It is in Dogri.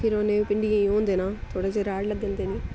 फिर उ'नें भिंडियें गी होन देना थोह्ड़े चिर राड़ लग्गन देनी